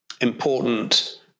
important